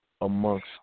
amongst